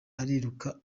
ariruka